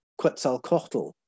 Quetzalcoatl